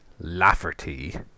Lafferty